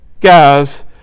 guys